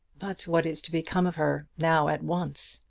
but what is to become of her now at once?